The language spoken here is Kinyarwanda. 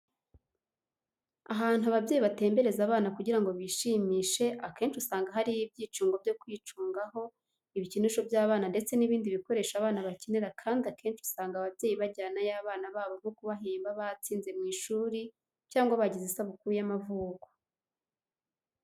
Ahantu ababyeyi batembereza abana kugira ngo bishimishe, akenshi usanga hariyo ibyicungo byo kwicungaho, ibikinisho by'abana ndetse n'ibindi bikoresho abana bakenera kandi akenshi usanga ababyeyi bajyanayo abana babo nko kubahemba batsinze mu ishuri cyangwa bagize isabukuru y'amavuko.